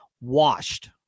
washed